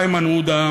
איימן עודה,